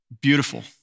beautiful